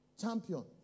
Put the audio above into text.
champion